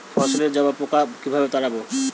ফসলে জাবপোকা কিভাবে তাড়াব?